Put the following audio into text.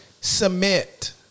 Submit